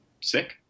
sick